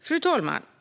Fru talman!